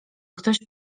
ktoś